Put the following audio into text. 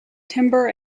timber